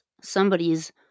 somebody's